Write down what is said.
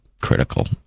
critical